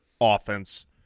offense